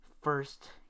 First